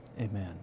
amen